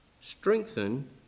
strengthen